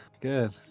good